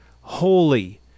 holy